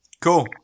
Cool